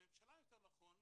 הממשלה יותר נכון,